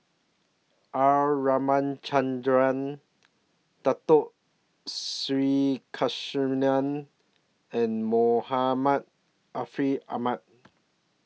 R Ramachandran Dato Sri Krishna and Muhammad Ariff Ahmad